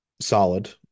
solid